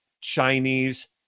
Chinese